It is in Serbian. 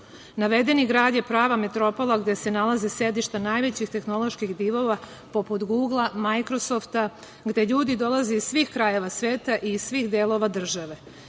Navedeni grad je prava metropola gde se nalaze sedišta najvećih tehnoloških divova, poput Gugla, Majkrosofta, gde ljudi dolaze iz svih krajeva sveta i iz svih delova države.